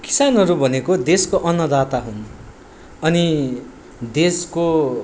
किसानहरू भनेको देशको अन्नदाता हुन् अनि देशको